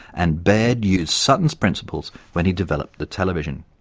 and baird used sutton's principles when he developed the television.